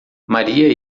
maria